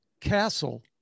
castle